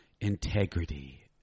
integrity